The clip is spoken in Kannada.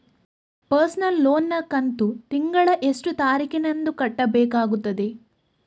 ಪರ್ಸನಲ್ ಲೋನ್ ನ ಕಂತು ತಿಂಗಳ ಎಷ್ಟೇ ತಾರೀಕಿನಂದು ಕಟ್ಟಬೇಕಾಗುತ್ತದೆ?